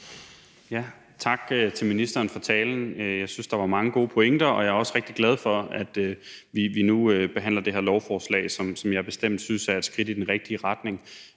Tak til ministeren for talen. Jeg synes, der var mange gode pointer, og jeg er også rigtig glad for, at vi nu behandler det her lovforslag, som jeg bestemt synes er et skridt i den rigtige retning.